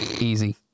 Easy